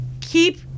keep